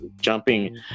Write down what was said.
jumping